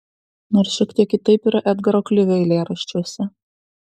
nors šiek tiek kitaip yra edgaro klivio eilėraščiuose